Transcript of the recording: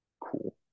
Cool